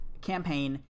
campaign